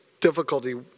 difficulty